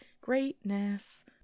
greatness